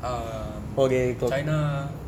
err china